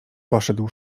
poszedł